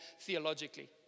theologically